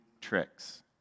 tricks